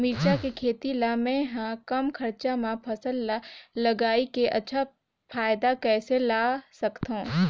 मिरचा के खेती ला मै ह कम खरचा मा फसल ला लगई के अच्छा फायदा कइसे ला सकथव?